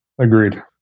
Agreed